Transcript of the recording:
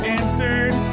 answered